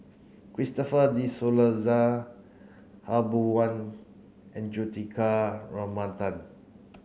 Christopher De Souza Khaw Boon Wan and Juthika Ramanathan